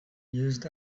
used